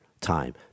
time